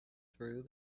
through